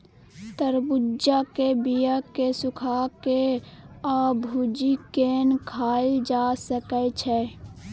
तरबुज्जा के बीया केँ सुखा के आ भुजि केँ खाएल जा सकै छै